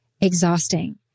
exhausting